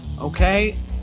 okay